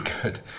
good